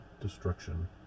destruction